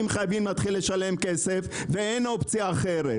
חייבים לשלם כסף ואין אופציה אחרת.